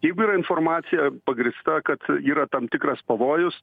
jeigu yra informacija pagrįsta kad yra tam tikras pavojus